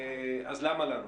אז למה לנו?